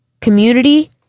community